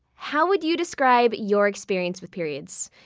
how would you describe your experience with periods?